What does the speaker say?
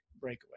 Breakaway